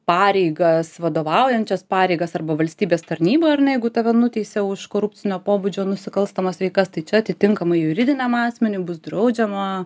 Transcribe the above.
pareigas vadovaujančias pareigas arba valstybės tarnyboj ar ne jeigu tave nuteisia už korupcinio pobūdžio nusikalstamas veikas tai čia atitinkamai juridiniam asmeniui bus draudžiama